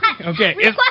Okay